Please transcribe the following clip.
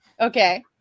Okay